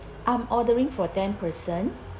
I'm ordering for ten person